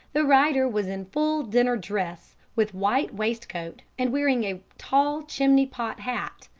the rider was in full dinner dress, with white waistcoat, and wearing a tall chimney-pot hat,